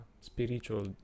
spiritual